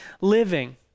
living